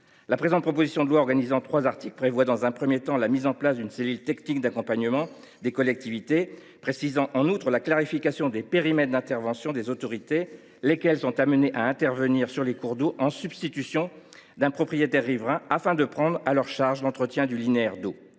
la proposition de loi prévoit d’abord la mise en place d’une cellule technique d’accompagnement des collectivités, précisant en outre la clarification des périmètres d’intervention des autorités, lesquelles sont amenées à intervenir sur les cours d’eau en substitution d’un propriétaire riverain afin de prendre à leur charge l’entretien du linéaire d’eau.